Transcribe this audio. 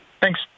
Thanks